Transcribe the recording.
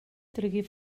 tragué